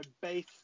base